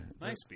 Nice